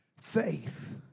Faith